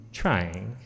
trying